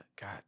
God